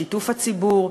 על שיתוף הציבור,